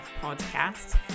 podcast